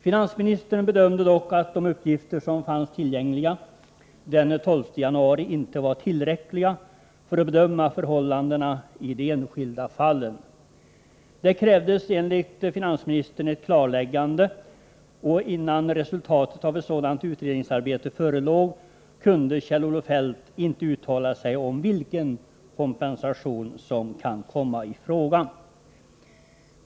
Finansministern bedömde dock att de uppgifter som fanns tillgängliga den 12 januari inte var tillräckliga för att bedöma förhållandena i de enskilda fallen. Det krävdes enligt finansministern ett klarläggande, och innan resultatet av ett sådant utredningsarbete förelåg kunde Kjell-Olof Feldt inte uttala sig om vilken kompensation som skulle kunna komma i fråga.